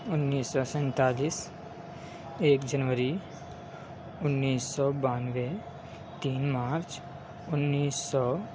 انیس سو سینتالیس ایک جنوری انیس سو بانوے تین مارچ انیس سو